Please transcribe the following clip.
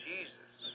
Jesus